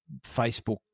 Facebook